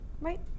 Right